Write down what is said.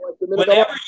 Whenever